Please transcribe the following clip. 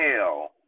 hell